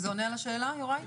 זה עונה על השאלה, יוראי?